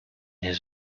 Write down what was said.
his